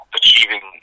achieving